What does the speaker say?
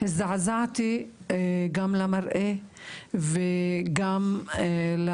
הזדעזעתי גם בגלל המראה וגם בגלל